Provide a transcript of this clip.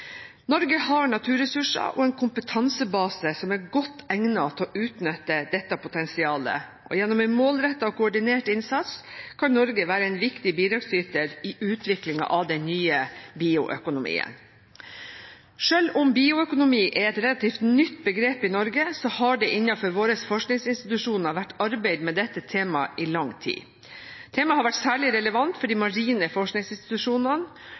Norge har naturressurser og en kompetansebase som er godt egnet til å utnytte dette potensialet, og gjennom en målrettet og koordinert innsats kan Norge være en viktig bidragsyter i utviklingen av den nye bioøkonomien. Selv om bioøkonomi er et relativt nytt begrep i Norge, så har det innenfor våre forskningsinstitusjoner vært arbeidet med dette temaet i lang tid. Temaet har vært særlig relevant for de marine forskningsinstitusjonene.